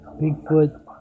Bigfoot